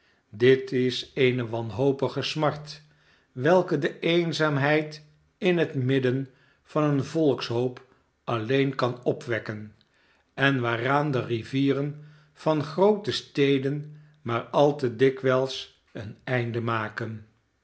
dit is eene wanhopige smart welke de eenzaamheid in het midden van een volkshoop alleen kan opwekken en waaraan de rivieren van groote steden maar al te dikwijls een einde maken